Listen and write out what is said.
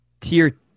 Tier